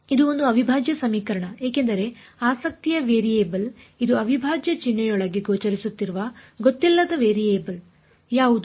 ಇದು ಒಂದು ಅವಿಭಾಜ್ಯ ಸಮೀಕರಣ ಏಕೆಂದರೆ ಆಸಕ್ತಿಯ ವೇರಿಯಬಲ್ ಇದು ಅವಿಭಾಜ್ಯ ಚಿಹ್ನೆಯೊಳಗೆ ಗೋಚರಿಸುತ್ತಿರುವ ಗೂತ್ತಿಲ್ಲದ ವೇರಿಯೇಬಲ್ ಯಾವುದು